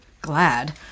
Glad